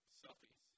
selfies